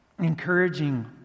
Encouraging